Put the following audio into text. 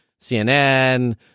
CNN